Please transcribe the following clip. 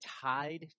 tied